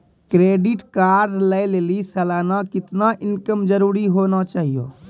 Credit card लय लेली सालाना कितना इनकम जरूरी होना चहियों?